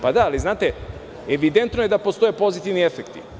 Pa, da, ali znate, evidentno je da postoje pozitivni efekti.